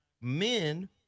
men